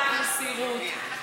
על המסירות,